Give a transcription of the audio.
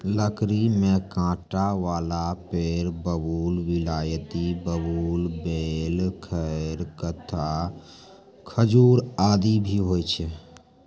लकड़ी में कांटा वाला पेड़ बबूल, बिलायती बबूल, बेल, खैर, कत्था, खजूर आदि भी होय छै